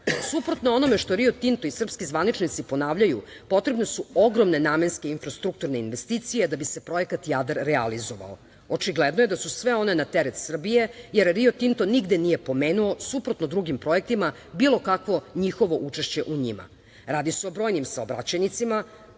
snagu. Suprotno onome što Rio Tinto i srpski zvaničnici ponavljaju potrebne su ogromne namenske infrastrukturne investicije da bi se projekat Jadar realizovao. Očigledno je da su sve one na teret Srbije jer Rio Tinto nigde nije pomenuo, suprotno drugim projektima, bilo kakvo njihovo učešće u njima. Radi se o brojnim saobraćajnicama